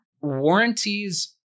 Warranties